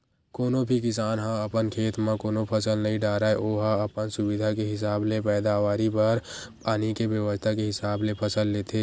कोनो भी किसान ह अपन खेत म कोनो फसल नइ डारय ओहा अपन सुबिधा के हिसाब ले पैदावारी बर पानी के बेवस्था के हिसाब ले फसल लेथे